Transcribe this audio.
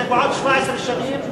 זה פעם ב-17 שנים,